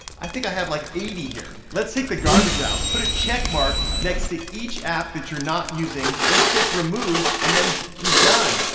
i think i have like eighty here. let's take the garbage out. put a check mark next to each app that you're not using, then click remove, and then you're done.